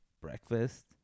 breakfast